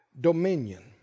dominion